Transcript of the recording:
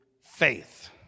faith